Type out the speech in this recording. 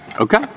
Okay